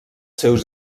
seus